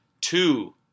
two